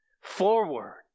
forward